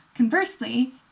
Conversely